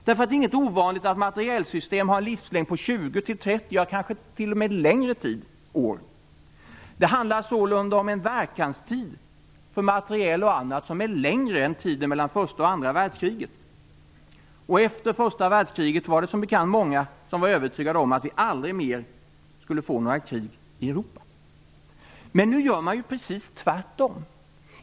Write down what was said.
Det är inget ovanligt att materielsystem har en livslängd om 20-30 år, ja, kanske t.o.m. längre tid. Det handlar sålunda om en verkanstid för materiel och annat som är längre än tiden mellan första och andra världskriget. Efter första världskriget var det som bekant många som var övertygade om att vi aldrig mer skulle få några krig i Men nu gör man precis tvärtom.